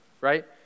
right